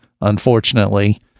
Unfortunately